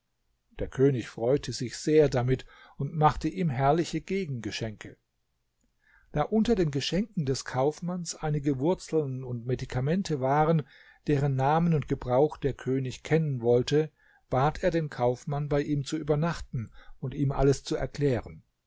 der könig freute sich sehr damit und machte ihm herrliche gegengeschenke da unter den geschenken des kaufmanns einige wurzeln und medikamente waren deren namen und gebrauch der könig kennen wollte bat er den kaufmann bei ihm zu übernachten und ihm alles zu erklären